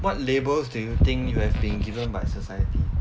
what labels do you think you have been given by society